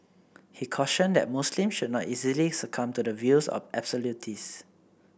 he cautioned that Muslims should not easily succumb to the views of absolutists